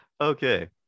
Okay